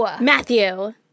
Matthew